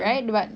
tapi duit ada